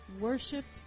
worshipped